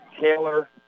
Taylor